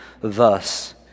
thus